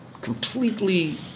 completely